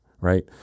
right